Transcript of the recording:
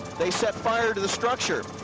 they set fire to the structure.